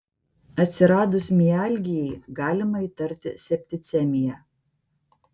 atsiradus mialgijai galima įtarti septicemiją